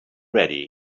ready